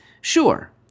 Sure